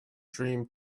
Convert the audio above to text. dream